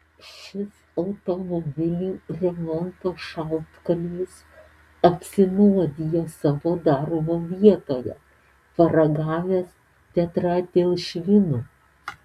šis automobilių remonto šaltkalvis apsinuodijo savo darbo vietoje paragavęs tetraetilšvino